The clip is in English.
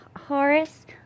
Horace